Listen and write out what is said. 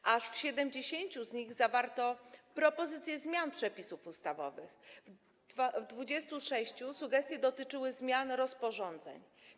W aż 70 z nich zawarto propozycję zmian przepisów ustawowych, w 26 sugestie dotyczyły zmian rozporządzeń.